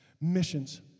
Missions